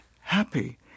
happy